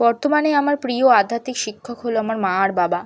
বর্তমানে আমার প্রিয় আধ্যাত্মিক শিক্ষক হলো আমার মা আর বাবা